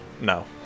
No